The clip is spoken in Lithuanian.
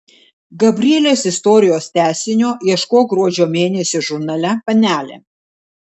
gabrielės istorijos tęsinio ieškok gruodžio mėnesio žurnale panelė